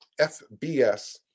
FBS